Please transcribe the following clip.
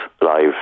live